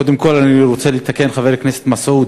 קודם כול אני רוצה לתקן את חבר הכנסת מסעוד: